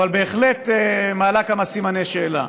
אבל בהחלט מעלה כמה סימני שאלה.